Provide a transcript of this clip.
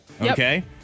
okay